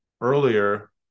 earlier